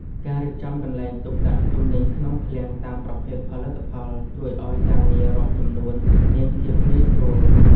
ការរៀបចំកន្លែងទុកដាក់ទំនិញក្នុងឃ្លាំងតាមប្រភេទផលិតផលជួយឱ្យការងាររាប់ចំនួនមានភាពងាយស្រួល។